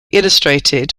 illustrated